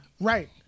Right